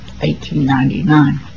1899